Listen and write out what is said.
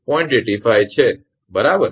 85 છે બરાબર